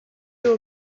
you